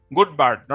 Good-Bad